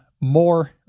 more